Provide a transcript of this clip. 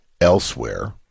elsewhere